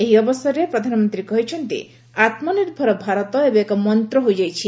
ଏହି ଅବସରରେ ପ୍ରଧାନମନ୍ତୀ କହିଛନ୍ତି ଆତ୍କନିର୍ଭର ଭାରତ ଏବେ ଏକ ମନ୍ତ ହୋଇଯାଇଛି